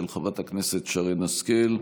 של חברת הכנסת שרן השכל,